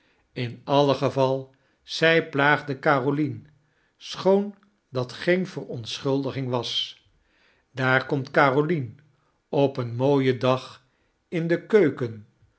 in alle geval zy plaagde carolien schoon dat geen verontschuldiging was daar komt carolien op een mooien dag in de keuken